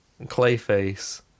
Clayface